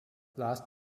last